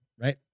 right